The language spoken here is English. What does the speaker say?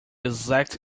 exact